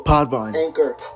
Anchor